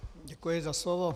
Děkuji za slovo.